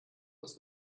muss